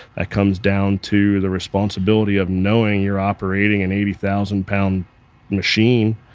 that comes down to the responsibility of knowing you're operating an eighty thousand pound machine,